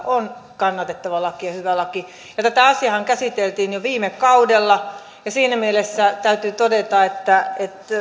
on kannatettava ja hyvä laki tätä asiaahan käsiteltiin jo viime kaudella ja siinä mielessä täytyy todeta että